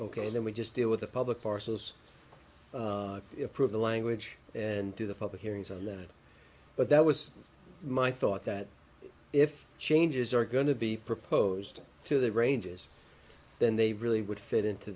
ok then we just deal with the public parcels approve the language and do the public hearings on that but that was my thought that if changes are going to be proposed to the ranges then they really would fit into